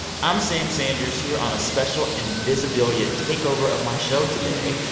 i'm sam sanders, here on a special invisibilia takeover of my show today.